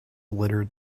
littered